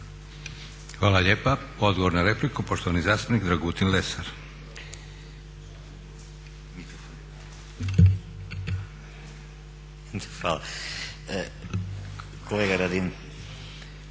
Hvala lijepa. Odgovor na repliku poštovani zastupnik Dragutin Lesar. **Lesar, Dragutin